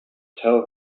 tell